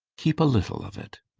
keep a little of it.